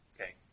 Okay